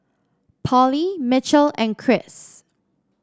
Pollie Michel and Chris